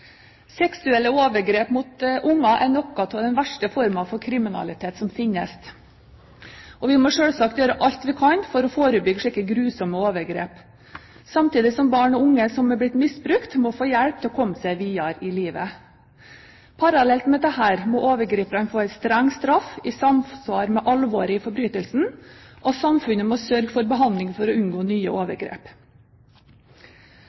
Seksuelle overgrep mot barn er noe av den verste formen for kriminalitet som finnes. Vi må selvsagt gjøre alt vi kan for å forebygge slike grusomme overgrep, samtidig som barn og unge som er blitt misbrukt, må få hjelp til å komme seg videre i livet. Parallelt med dette må overgriperne få en streng straff i samsvar med alvoret i forbrytelsen, og samfunnet må sørge for behandling for å unngå nye